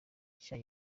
nshya